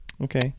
Okay